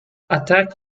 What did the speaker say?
attack